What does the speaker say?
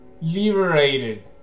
liberated